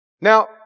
Now